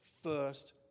first